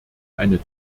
eine